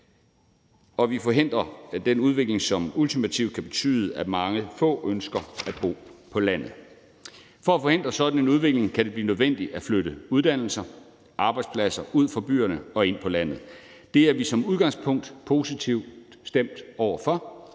så vi forhindrer den udvikling, som ultimativt kan betyde, at meget få ønsker at bo på landet. For at forhindre sådan en udvikling kan det blive nødvendigt at flytte uddannelser og arbejdspladser ud fra byerne og ud på landet. Det er vi som udgangspunkt positivt stemt over for.